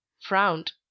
frowned